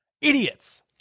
Idiots